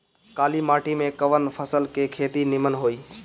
काली माटी में कवन फसल के खेती नीमन होई?